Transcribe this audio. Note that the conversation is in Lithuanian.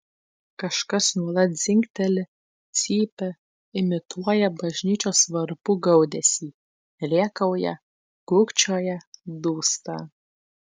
kažkas nuolat dzingteli cypia imituoja bažnyčios varpų gaudesį rėkauja kūkčioja dūsta